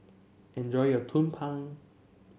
enjoy your Tumpeng